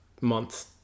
months